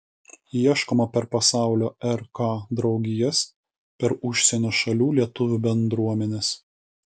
ieškoma per pasaulio rk draugijas per užsienio šalių lietuvių bendruomenes